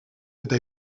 eta